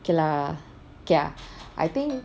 okay lah okay ah I think